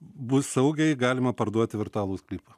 bus saugiai galima parduoti virtualų sklypą